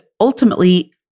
ultimately